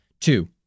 two